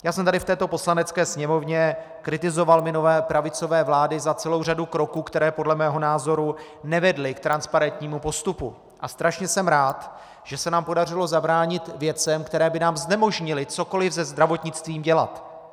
Já jsem v této Poslanecké sněmovně kritizoval minulé pravicové vlády za celou řadu kroků, které podle mého názoru nevedly k transparentnímu postupu, a jsem strašně rád, že se nám podařilo zabránit věcem, které by nám znemožnily cokoli se zdravotnictvím dělat.